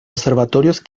observatorios